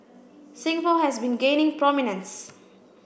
Singapore has been gaining prominence